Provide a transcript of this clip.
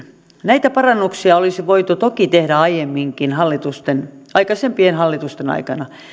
näitä parannuksia olisi voitu toki tehdä aiemminkin aikaisempien hallitusten aikana